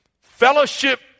Fellowship